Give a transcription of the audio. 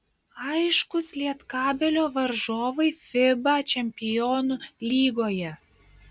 aiškūs lietkabelio varžovai fiba čempionų lygoje